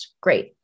great